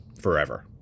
forever